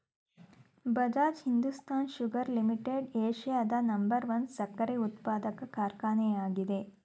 Bajaj Hindustan sugar limited ಏಷ್ಯಾದ number one ಸಕ್ಕರೆ ಉತ್ಪಾದಕ ಕಾರ್ಖಾನೆ ಆಗಿದೆ